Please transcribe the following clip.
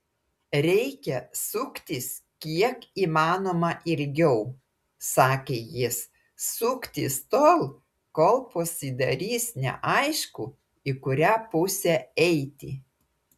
reikia suktis kiek įmanoma ilgiau sakė jis suktis tol kol pasidarys neaišku į kurią pusę eiti